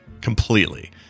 Completely